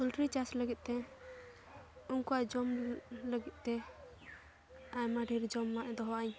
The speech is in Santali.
ᱯᱳᱞᱴᱨᱤ ᱪᱟᱥ ᱞᱟᱹᱜᱤᱫᱼᱛᱮ ᱩᱱᱠᱩᱣᱟᱜ ᱡᱚᱢ ᱞᱟᱹᱜᱤᱫᱼᱛᱮ ᱟᱭᱢᱟ ᱰᱷᱮᱨ ᱡᱚᱢᱟᱜ ᱮ ᱫᱚᱦᱚᱣᱟᱹᱧ